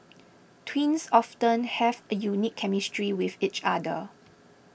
twins often have a unique chemistry with each other